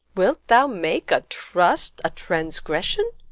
wilt thou make a trust a transgression?